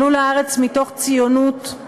עלו לארץ מתוך ציונות,